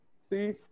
See